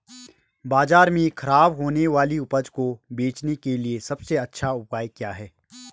बाजार में खराब होने वाली उपज को बेचने के लिए सबसे अच्छा उपाय क्या हैं?